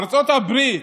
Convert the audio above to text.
ארצות הברית,